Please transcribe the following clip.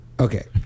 Okay